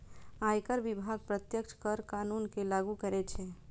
आयकर विभाग प्रत्यक्ष कर कानून कें लागू करै छै